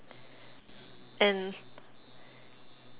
and